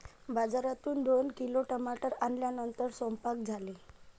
बाजारातून दोन किलो टमाटर आणल्यानंतर सेवन्पाक झाले